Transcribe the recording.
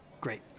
great